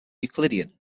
euclidean